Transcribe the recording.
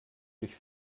durch